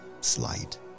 Slight